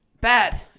Bad